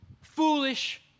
foolish